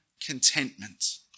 contentment